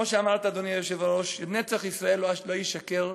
כמו שאמרת, אדוני היושב-ראש, נצח ישראל לא ישקר.